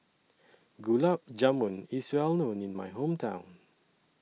Gulab Jamun IS Well known in My Hometown